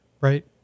Right